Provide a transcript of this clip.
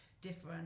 different